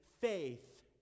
faith